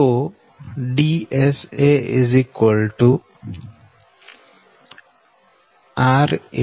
તો DSA r